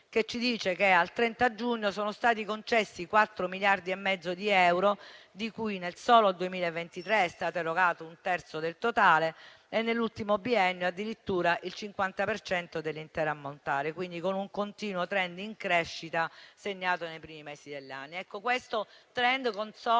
che ci dice che, al 30 giugno, sono stati concessi quattro miliardi e mezzo di euro, di cui, nel solo 2023, è stato erogato un terzo del totale e, nell'ultimo biennio, addirittura il 50 per cento dell'intero ammontare, quindi con un continuo *trend* in crescita segnato nei primi mesi dell'anno.